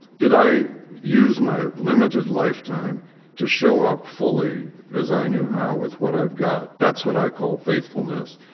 did i use my limited lifetime to show up fully as i knew how with what i've got? that's what i call faithfulness.